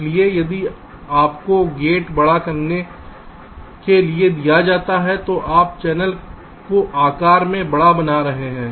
इसलिए यदि आपको गेट बड़ा करने के लिए दिया जाता है तो आप चैनल को आकार में बड़ा बना रहे हैं